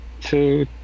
two